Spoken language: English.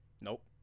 Nope